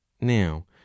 Now